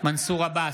מנסור עבאס,